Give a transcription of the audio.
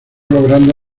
logrando